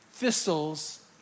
thistles